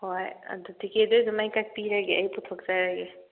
ꯍꯣꯏ ꯑꯗꯨ ꯇꯤꯀꯦꯠꯇꯤ ꯑꯩ ꯑꯗꯨꯝ ꯑꯩ ꯀꯛꯄꯤꯔꯒꯦ ꯑꯩ ꯄꯨꯊꯣꯛꯆꯔꯒꯦ